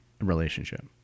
relationship